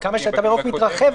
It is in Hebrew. וכמה שהתו הירוק מתרחב,